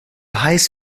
heiß